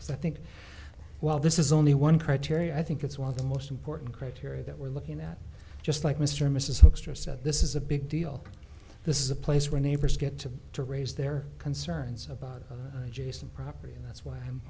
the cause i think while this is only one criteria i think it's one of the most important criteria that we're looking at just like mr mrs hoekstra said this is a big deal this is a place where neighbors get to to raise their concerns about jason property and that's why i'm